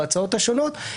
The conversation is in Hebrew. בהצעות השונות,